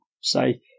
say